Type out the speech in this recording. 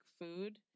food